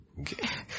Okay